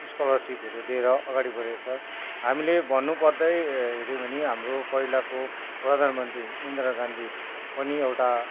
स्कलरसिपहरू दिएर अगाडि बढेको छ हामीले भन्नु पर्दा हेऱ्यो भने हाम्रो पहिलाको प्रधानमन्त्री इन्दिरा गान्धी पनि एउटा